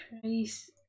price